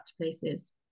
places